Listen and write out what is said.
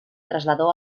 trasladó